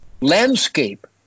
landscape